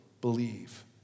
believe